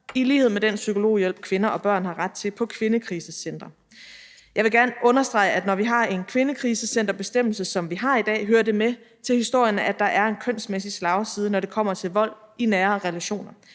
i lighed med den psykologhjælp, som kvinder og børn har ret til på kvindekrisecentre. Jeg vil gerne understrege, at når vi har en kvindekrisecenterbestemmelse, som vi har i dag, hører det med til historien, at der er en kønsmæssig slagside, når det kommer til vold i nære relationer.